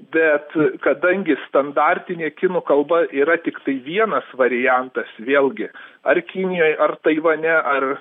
bet kadangi standartinė kinų kalba yra tiktai vienas variantas vėlgi ar kinijoj ar taivane ar